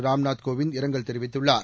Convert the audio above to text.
ராம்நாத் கோவிந்த் இரங்கல் தெரிவித்துள்ளார்